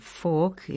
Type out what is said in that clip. fork